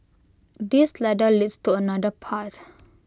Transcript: this ladder leads to another path